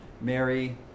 Mary